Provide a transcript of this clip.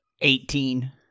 Eighteen